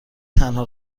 تنها